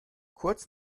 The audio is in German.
kurz